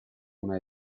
una